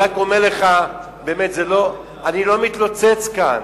אני רק אומר לך, באמת אני לא מתלוצץ כאן.